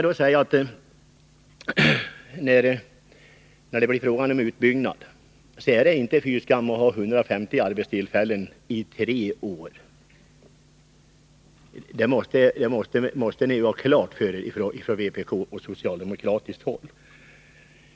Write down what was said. Det är inte fy skam om vi kan få 150 arbetstillfällen i tre år, det måste ni ha klart för er på vpk-håll och på socialdemokratiskt håll.